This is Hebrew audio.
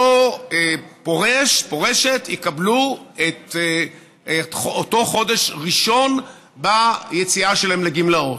אותו פורש או פורשת יקבלו את אותו חודש ראשון ביציאה שלהם לגמלאות.